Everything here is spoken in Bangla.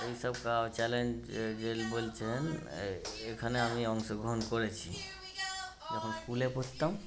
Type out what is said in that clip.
এইসব কা চ্যালেঞ্জ যে বলছেন এখানে আমি অংশগ্রহণ করেছি যখন স্কুলে পড়তাম